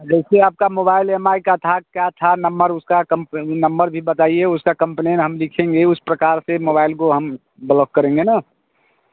जैसे आपका mobile M I का था क्या था नम्बर उसका कम्प नम्बर भी बताइए उसका कंप्लेन हम लिखेंगे उस प्रकार से मोबाईल को हम ब्लॉक करेंगे ना